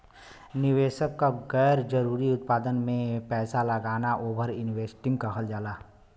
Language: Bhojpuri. निवेशक क गैर जरुरी उत्पाद में पैसा लगाना ओवर इन्वेस्टिंग कहल जाला